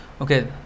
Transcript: okay